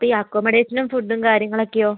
അപ്പം ഈ അക്കോമഡേഷനും ഫുഡും കാര്യങ്ങളൊക്കെയോ